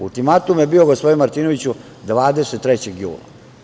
Ultimatum je bio, gospodine Martinoviću, 23. jula.